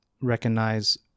recognize